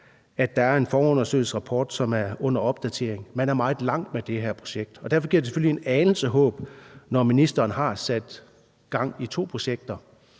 der er en forundersøgelsesrapport, som er under opdatering. Man er meget langt med det her projekt. Og derfor giver det selvfølgelig en anelse håb, når ministeren har sat gang i to projekter,